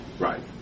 right